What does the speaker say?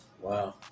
Wow